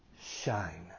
shine